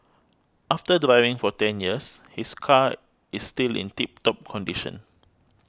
after driving for ten years his car is still in tip top condition